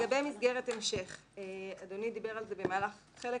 לגבי מסגרת המשך, אדוני דיבר על כך בחלק